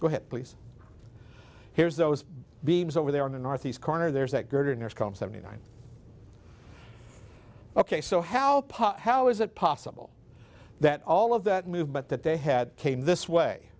go ahead please here's those beams over there on the northeast corner there's that girders come seventy nine ok so how how is it possible that all of that moved but that they had came this way